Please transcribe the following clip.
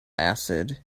acid